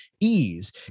ease